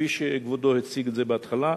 כפי שכבודו הציג את זה בהתחלה,